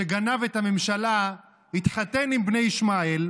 שגנב את הממשלה, התחתן עם בני ישמעאל,